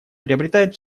приобретает